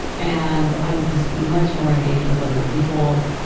and i'm just much more engaged with other people.